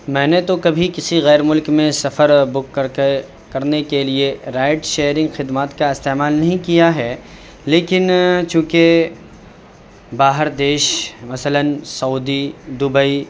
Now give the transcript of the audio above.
میں نے تو کبھی کسی غیر ملک میں سفر بک کر کے کرنے کے لیے رائڈ شیئرنگ خدمات کا استعمال نہیں کیا ہے لیکن چوں کہ باہر دیش مثلاً سعودی دبئی